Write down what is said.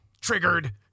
triggered